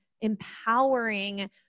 empowering